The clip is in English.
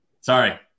Sorry